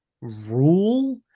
rule